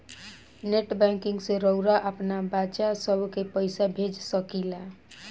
net banking से रउआ आपन बच्चा सभ के पइसा भेज सकिला